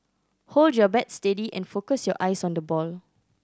hold your bat steady and focus your eyes on the ball